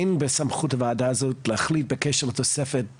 אין בסמכות ועדה זו להחליט בקשר לתוספת דיור.